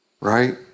Right